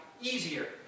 easier